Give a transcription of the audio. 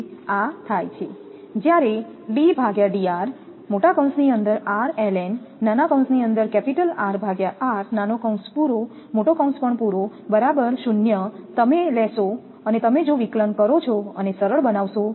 તેથી આ થાય છે જ્યારે તમે વિકલન લો અને તેને સરળ બનાવો